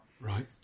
Right